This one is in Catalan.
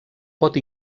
pot